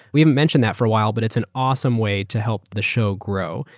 we haven't mentioned that for a while, but it's an awesome way to help the show grow.